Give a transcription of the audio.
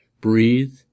breathe